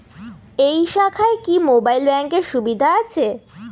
এই শাখায় কি মোবাইল ব্যাঙ্কের সুবিধা আছে?